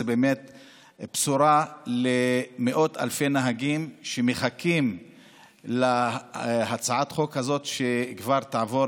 זאת בשורה למאות אלפי נהגים שמחכים שהצעת החוק הזאת כבר תעבור